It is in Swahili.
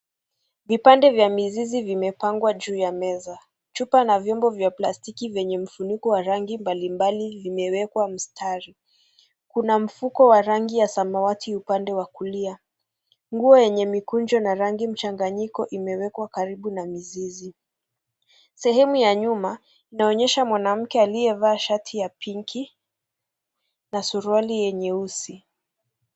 Vipande vya mizizi vimepangwa juu ya meza. Chupa na vyombo vya plastiki vyenye vifuniko vya yangi mbalimbali vimewekwa msitari, kuna mfuko wa rangi ya samawati upande wa kulia, nguo yenye mikunjo na rangi mchanganyiko imewekwa karibu na mizizi. Sehemu ya nyuma inaonyesha mwanamke aliyavaa shati ya pinki na suruali ya nyeusi.